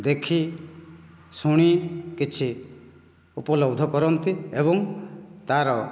ଦେଖି ଶୁଣି କିଛି ଉପଲବ୍ଧ କରନ୍ତି ଏବଂ ତା'ର